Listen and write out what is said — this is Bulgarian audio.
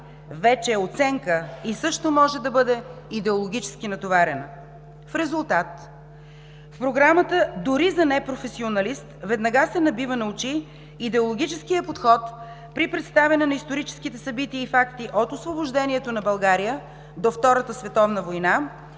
вече е оценка и също може да бъде идеологически натоварена. В резултат в програмата, дори за непрофесионалист, веднага се набива на очи идеологическия подход при представяне на историческите събития и факти от Освобождението на България до Втората световна война,